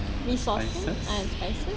resources eh spices ya